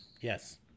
Yes